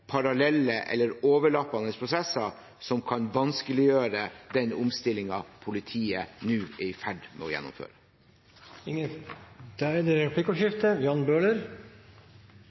parallelle eller overlappende prosesser som kan vanskeliggjøre den omstillingen politiet nå er i ferd med å gjennomføre. Det blir replikkordskifte. Når statsråden sier han er